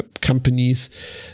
companies